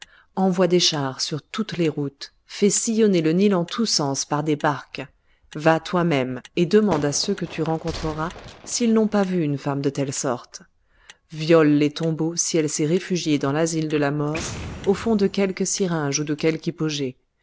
envoie des chars sur toutes les routes fais sillonner le nil en tous sens par des barques va toi-même et demande à ceux que tu rencontreras s'ils n'ont pas vu une femme de telle sorte viole les tombeaux si elle s'est réfugiée dans l'asile de la mort au fond de quelque syringe ou de quelque